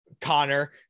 connor